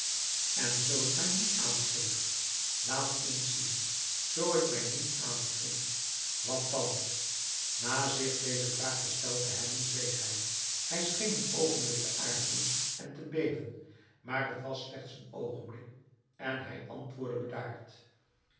en zoo ik mij niet aangeef laat eens zien zoo ik mij niet aangeef wat dan na zich deze vraag gesteld te hebben zweeg hij hij scheen een oogenblik te aarzelen en te beven maar t was slechts een oogenblik en hij antwoordde bedaard